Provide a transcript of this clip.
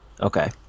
Okay